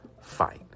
fight